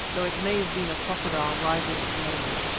though it may have been a crocodile rising at the moment.